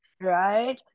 Right